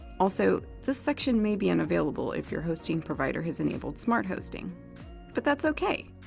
also, this section may be unavailable if your hosting provider has enabled smarthosting. but that's ok!